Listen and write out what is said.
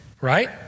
right